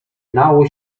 nało